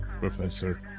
professor